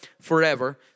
forever